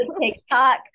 TikTok